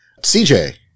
CJ